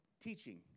teaching